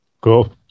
cool